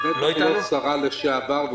בטח לא שרה לשעבר.